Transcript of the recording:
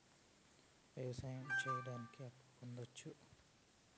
వ్యవసాయం సేయడానికి అప్పు పొందొచ్చా?